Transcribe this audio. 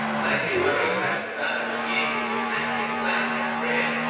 likely worried that muthanna would be able to attack his flank and rear.